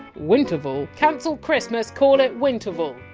winterval. cancel christmas, call it winterval.